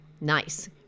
Nice